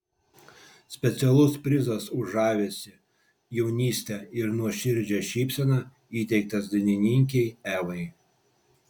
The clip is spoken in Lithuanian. specialus prizas už žavesį jaunystę ir nuoširdžią šypseną įteiktas dainininkei evai